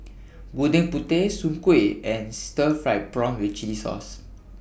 Gudeg Putih Soon Kueh and Stir Fried Prawn with Chili Sauce